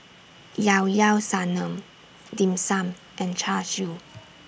Llao Llao Sanum Dim Sum and Char Siu